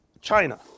China